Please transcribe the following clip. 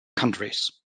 countries